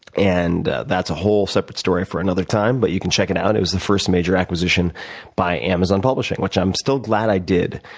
and that's a whole separate story for another time, but you can check it out. it was the first major acquisition by amazon publishing, which i'm still glad i did,